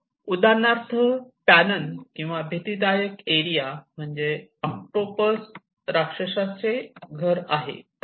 उदाहरणार्थ प्यानन किंवा भितीदायक एरिया म्हणजे ऑक्टोपस राक्षसचे घर आहे असे ते मानतात